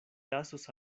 lasos